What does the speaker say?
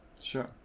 Sure